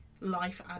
life